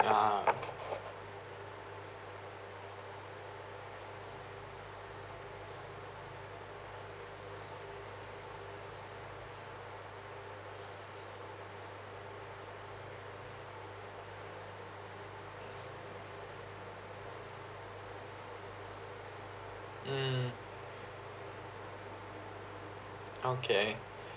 ah mm okay